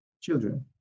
children